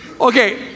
Okay